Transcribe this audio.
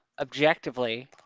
objectively